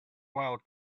while